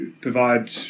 provide